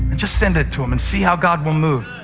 and just send it to them and see how god will move.